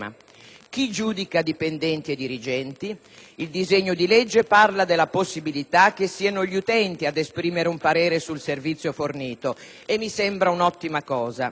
chi giudica dipendenti e dirigenti? Il disegno di legge parla della possibilità che siano gli utenti ad esprimere un parere sul servizio fornito - e mi sembra un'ottima cosa